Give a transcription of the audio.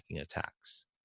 attacks